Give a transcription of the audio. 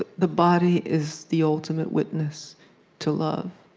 the the body is the ultimate witness to love.